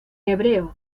hebreo